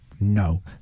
No